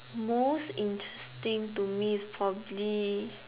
most interesting to me is properly